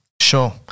Sure